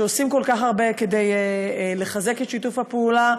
שעושים כל כך הרבה כדי לחזק את שיתוף הפעולה.